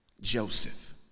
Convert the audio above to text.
Joseph